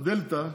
בדלתא,